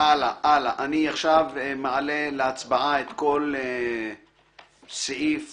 אני מעלה להצבעה את כל סעיף